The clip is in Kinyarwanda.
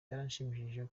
byaranshimishije